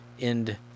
end